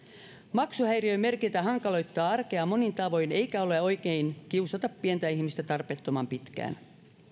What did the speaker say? maksuhäiriömerkintä hankaloittaa arkea monin tavoin eikä ole oikein kiusata pientä ihmistä tarpeettoman pitkään